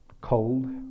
cold